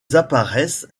apparaissent